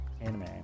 anime